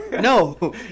No